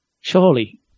surely